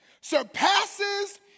surpasses